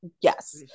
Yes